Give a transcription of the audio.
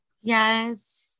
Yes